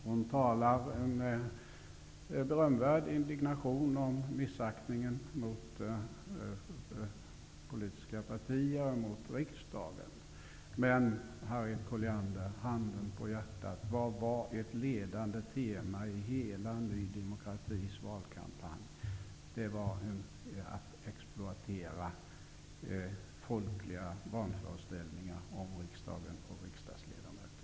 Hon talar med berömvärd indignation om missaktningen mot politiska partier och riksdagen. Men, Harriet Colliander, handen på hjärtat: Vad var ert ledande tema i hela Ny demokratis valkampanj? Det var att exploatera folkliga vanföreställningar om riksdagen och riksdagsledamöterna.